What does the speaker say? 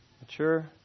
Mature